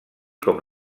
com